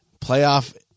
playoff